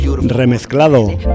remezclado